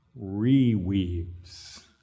reweaves